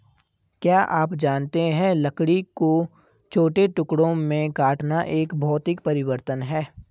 क्या आप जानते है लकड़ी को छोटे टुकड़ों में काटना एक भौतिक परिवर्तन है?